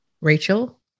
Rachel